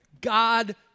God